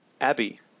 Abby